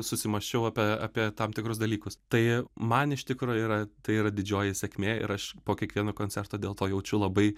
susimąsčiau apie apie tam tikrus dalykus tai man iš tikro yra tai yra didžioji sėkmė ir aš po kiekvieno koncerto dėl to jaučiu labai